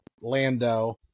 Lando